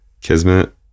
kismet